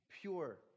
pure